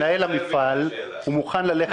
המפעלים האלה לא יוכלו להמשיך.